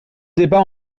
débat